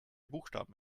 buchstaben